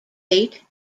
date